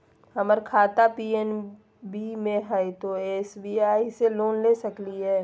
हमर खाता पी.एन.बी मे हय, तो एस.बी.आई से लोन ले सकलिए?